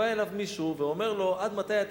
בא אליו מישהו ואומר לו: עד מתי אתה